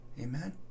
Amen